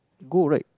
good right